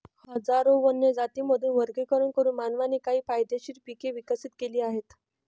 हजारो वन्य जातींमधून वर्गीकरण करून मानवाने काही फायदेशीर पिके विकसित केली आहेत